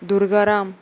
Durgaram